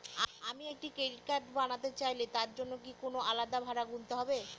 আমি একটি credit card বানাতে চাইলে তার জন্য কি কোনো আলাদা ভাড়া গুনতে হবে?